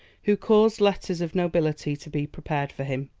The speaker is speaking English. who caused letters of nobility to be prepared for him,